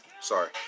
sorry